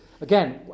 again